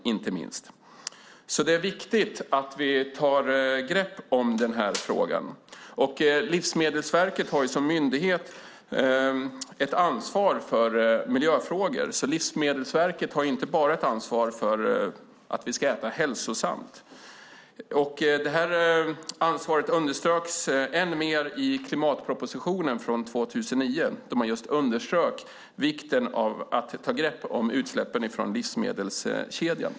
Det är därför viktigt att vi tar ett grepp om frågan. Livsmedelsverket har som myndighet ansvar även för miljöfrågor, alltså inte bara för att vi ska äta hälsosamt. Det ansvaret underströks än mer i klimatpropositionen från 2009. Där påtalades just vikten av att ta ett grepp om utsläppen från livsmedelskedjan.